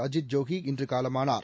அஜீத்ஜோகி இன்று காலமானார்